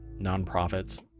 nonprofits